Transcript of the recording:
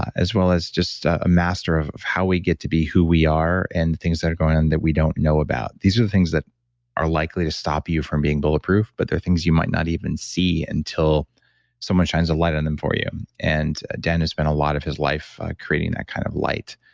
as well as just a master of of how we get to be who we are, and things that are going on that we don't know about these are the things that are likely to stop you from being bulletproof, but the things you might not even see until someone shines a light on them for you. and dan has spent a lot of his life creating that kind of light.